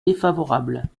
défavorable